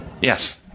yes